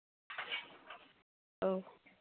ꯑꯧ